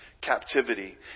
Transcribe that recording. captivity